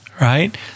right